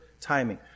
timing